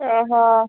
ଓ ହଁ